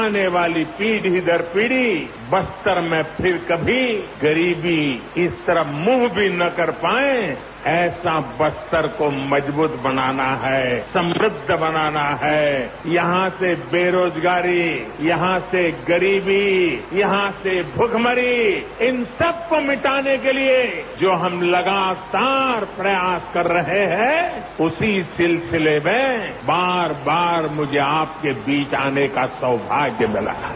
आने वाली पीढ़ी दर पीढ़ी बस्तर में फिर कभी गरीबी फिर कभी इस तरफ मुंह भी न कर पाएं ऐसा बस्तर को मजबूत बनाना है समुद्ध बनाना है यहां से बेरोजगारी यहां से गरीबी यहां से भुखमरी इन सबको मिटाने के लिए र्जो हम लगातार प्रयास कर रहे हैं उसी सिलसिले में बार बार मुझे आपके बीच आने का सौभाग्य मिला है